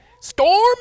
Storm